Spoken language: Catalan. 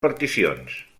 particions